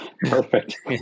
perfect